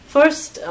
First